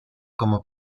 como